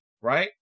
Right